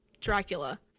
Dracula